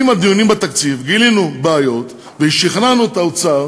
בדיונים בתקציב, גילינו בעיות ושכנענו את האוצר